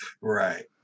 Right